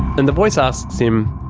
and the voice asks him.